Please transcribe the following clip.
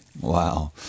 Wow